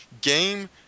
game